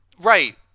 Right